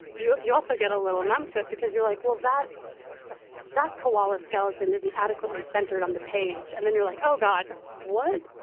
you also get a little numb to it because you're like, well, that that koala skeleton isn't adequately centred on the page. and then you're like, oh, god, what?